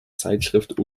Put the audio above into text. zeitschrift